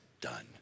done